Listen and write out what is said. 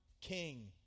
king